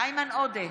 איימן עודה,